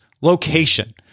location